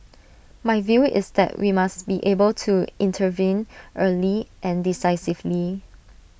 my view is that we must be able to intervene early and decisively